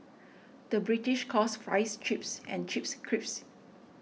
the British calls Fries Chips and Chips Crisps